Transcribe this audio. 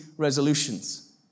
resolutions